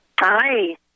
Hi